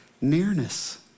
nearness